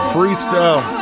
Freestyle